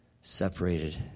separated